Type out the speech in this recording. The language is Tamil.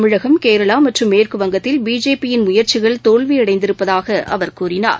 தமிழகம் கேரளா மற்றும் மேற்கு வங்கத்தில் பிஜேபியின் முயற்சிகள் தோல்வியடைந்திருப்பதாக அவர் கூறினார்